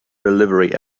delivery